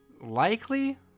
Likely